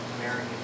American